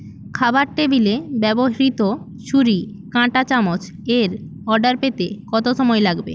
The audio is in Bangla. খাবার টেবিলে ব্যবহৃত ছুরি কাঁটা চামচ এর অর্ডার পেতে কত সময় লাগবে